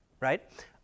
Right